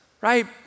right